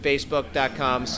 Facebook.com